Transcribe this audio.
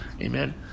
Amen